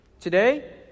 Today